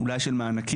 אולי של מענקים.